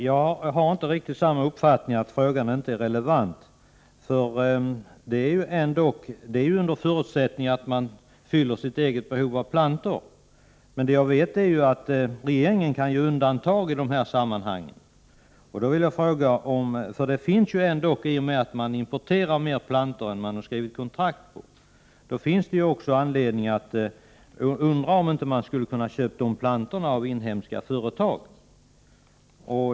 Herr talman! Jag har inte samma uppfattning som jordbruksministern, dvs. att frågan inte skulle vara relevant. En förutsättning här är ju ändå att man fyller sitt eget behov av plantor. Jag vet dock att regeringen kan göra undantag i sådana här sammanhang. I och med att man importerar fler plantor än man skrivit kontrakt på finns det ju anledning att undra om plantorna inte hade kunnat köpas hos inhemska företag.